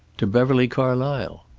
to beverly carlysle.